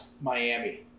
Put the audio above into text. Miami